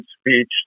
speech